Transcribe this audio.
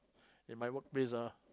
at my workplace ah